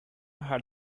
had